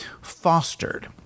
fostered